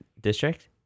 district